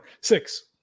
Six